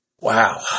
Wow